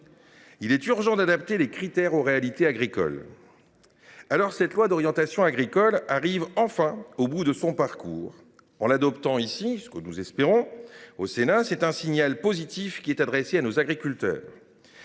Il est urgent d’adapter les critères aux réalités agricoles. Ce projet de loi d’orientation agricole arrive enfin au bout de son parcours. En l’adoptant, comme nous l’espérons, le Sénat enverra un signal positif à nos agriculteurs.